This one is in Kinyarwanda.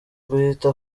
guhita